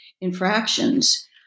infractions